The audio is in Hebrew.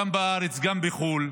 גם בארץ, גם בחו"ל.